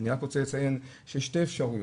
אני רק רוצה לציין שיש שתי אפשרויות,